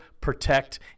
protect